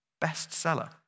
Best-seller